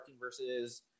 versus